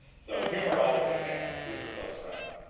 so humor always at hand. these were close friends.